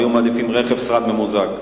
היו מעדיפים רכב שרד ממוזג.